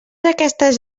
aquestes